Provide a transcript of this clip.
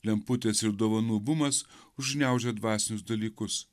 lemputės ir dovanų bumas užgniaužia dvasinius dalykus